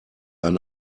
ein